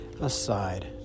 aside